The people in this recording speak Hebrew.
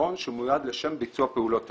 בחשבון שמיועד לשם ביצוע פעולות תשלום.